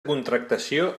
contractació